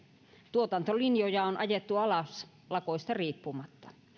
tuotantolinjoja on ajettu alas lakoista riippumatta